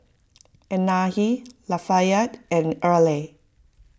Anahi Lafayette and Erle